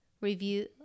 review